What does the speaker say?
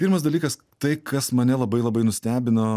pirmas dalykas tai kas mane labai labai nustebino